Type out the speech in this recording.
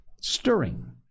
stirring